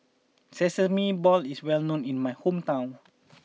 Sesame Balls is well known in my hometown